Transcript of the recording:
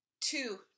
Two